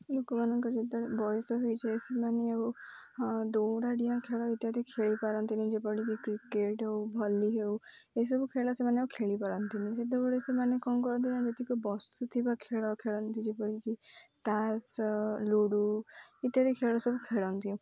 ଲୋକମାନଙ୍କର ଯେତେବେଳେ ବୟସ ହୋଇଯାଏ ସେମାନେ ଦୌଡ଼ାଡିଆଁ ଖେଳ ଇତ୍ୟାଦି ଖେଳିପାରନ୍ତିନି ଯେପରିକି କ୍ରିକେଟ୍ ହେଉ ଭଲି ହେଉ ଏସବୁ ଖେଳ ସେମାନେ ଆଉ ଖେଳିପାରନ୍ତିନି ସେତେବେଳେ ସେମାନେ କ'ଣ କରନ୍ତି ନା ଯେତିକି ବସିଥିବା ଖେଳ ଖେଳନ୍ତି ଯେପରିକି ତାସ୍ ଲୁଡ଼ୁ ଇତ୍ୟାଦି ଖେଳ ସବୁ ଖେଳନ୍ତି